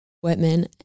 Whitman